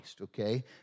okay